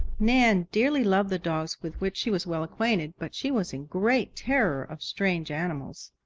nan dearly loved the dogs with which she was well acquainted, but she was in great terror of strange animals,